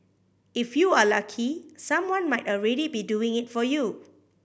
if you are lucky someone might already be doing it for you